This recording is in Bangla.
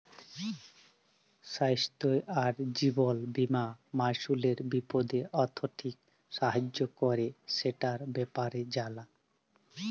স্বাইস্থ্য আর জীবল বীমা মালুসের বিপদে আথ্থিক সাহায্য ক্যরে, সেটর ব্যাপারে জালা